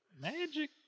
magic